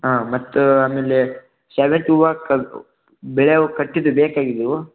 ಹಾಂ ಮತ್ತು ಆಮೇಲೆ ಸೇವಂತಿ ಹೂವು ಕಳಿಸು ಬಿಳಿ ಹೂ ಕಟ್ಟಿದ್ದು ಬೇಕಾಗಿದ್ದವು